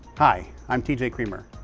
hi. i'm t j. creamer,